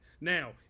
Now